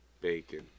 bacon